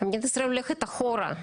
מדינת ישראל הולכת אחורה.